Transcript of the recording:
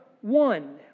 One